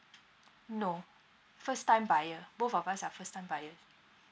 no first time buyer both of us are first time buyer